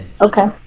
Okay